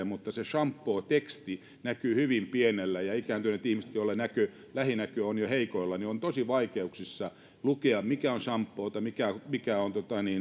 mutta se shampooteksti näkyy hyvin pienellä ja ikääntyneille ihmisille joilla lähinäkö lähinäkö on jo heikoilla on tosi vaikeaa lukea mikä on shampoota mikä mikä on